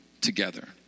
together